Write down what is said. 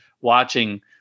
watching